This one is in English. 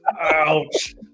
Ouch